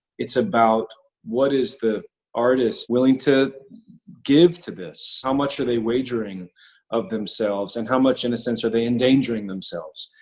it's about, what is the artist willing to give to this? how much are they wagering of themselves, and how much, in a sense, are they endangering themselves?